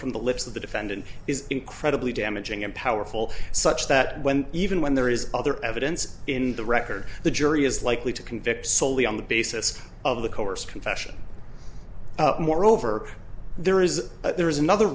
from the lips of the defendant is incredibly damaging and powerful such that when even when there is other evidence in the record the jury is likely to convict solely on the basis of the coerced confession moreover there is there is another